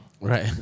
Right